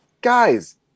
guys